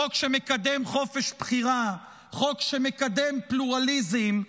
חוק שמקדם חופש בחירה, חוק שמקדם פלורליזם,